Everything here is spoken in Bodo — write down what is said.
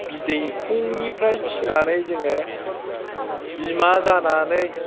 बिदैखंनिफ्राय फिनानै जोङो बिमा जानानै